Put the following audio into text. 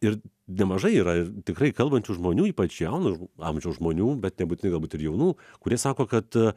ir nemažai yra ir tikrai kalbančių žmonių ypač jauno amžiaus žmonių bet nebūtinai galbūt ir jaunų kurie sako kad